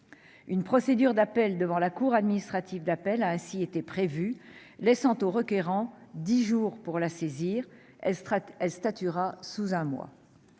Une procédure d'appel devant la cour administrative d'appel a ainsi été prévue, laissant au requérant dix jours pour la saisir, et à la cour un mois